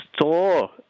store